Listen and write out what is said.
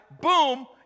Boom